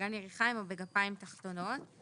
באגן ירכיים או בגפיים תחתונות.